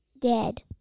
dead